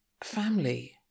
family